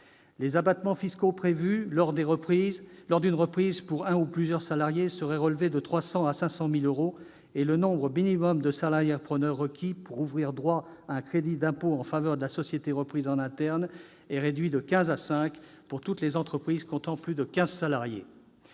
Les abattements fiscaux prévus lors d'une reprise par un ou plusieurs salariés seraient relevés de 300 000 à 500 000 euros, et le nombre minimal de salariés-repreneurs requis pour ouvrir droit à un crédit d'impôt en faveur de la société reprise en interne serait réduit de quinze à cinq pour toutes les entreprises comptant plus de quinze salariés.